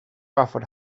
gravel